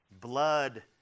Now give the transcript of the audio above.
Blood